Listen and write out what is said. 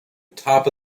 top